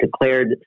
declared